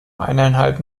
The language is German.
eineinhalb